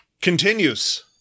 continues